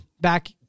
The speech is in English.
back